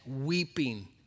weeping